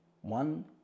One